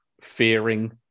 fearing